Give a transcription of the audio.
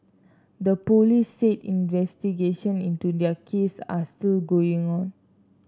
the police said investigation into their cases are still going on